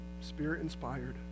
spirit-inspired